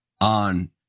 on